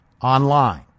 online